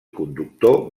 conductor